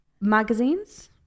magazines